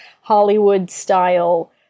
Hollywood-style